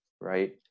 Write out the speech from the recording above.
right